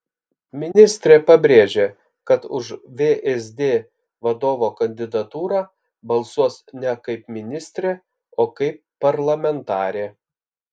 ministrė pabrėžė kad už vsd vadovo kandidatūrą balsuos ne kaip ministrė o kaip parlamentarė